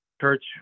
church